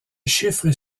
chiffres